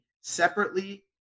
separately